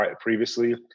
previously